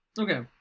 Okay